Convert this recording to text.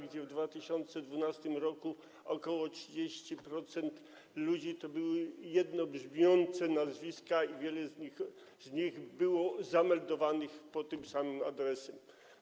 gdzie w 2012 r. ok. 30% ludzi miało jednobrzmiące nazwiska i wielu z nich było zameldowanych pod tym samym adresem.